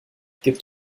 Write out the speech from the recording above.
gibt